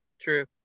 true